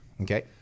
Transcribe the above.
Okay